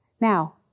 Now